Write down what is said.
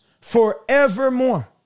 forevermore